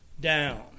down